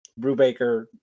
Brubaker